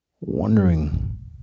wondering